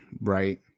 right